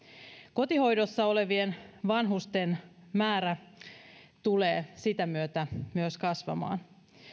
kotihoidossa olevien vanhusten määrä tulee sitä myötä myös kasvamaan